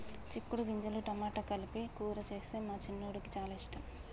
చిక్కుడు గింజలు టమాటా కలిపి కూర చేస్తే మా చిన్నోడికి చాల ఇష్టం